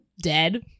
dead